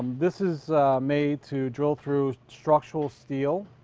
this is made to drill through structural steel.